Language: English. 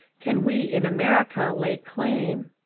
can we in america lay claim.